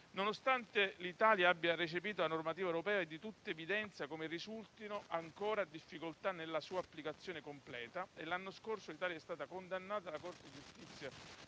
nonostante l'Italia abbia recepito la normativa europea, è di tutta evidenza come risultino ancora difficoltà nella sua applicazione completa, e l'anno scorso l'Italia è stata condannata dalla Corte di giustizia